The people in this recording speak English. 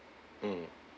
mm